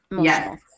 Yes